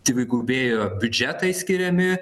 dvigubėjo biudžetai skiriami